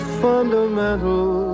fundamental